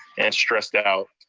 and stressed out.